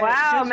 Wow